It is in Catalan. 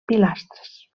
pilastres